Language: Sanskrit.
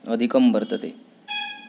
अधिकं वर्तते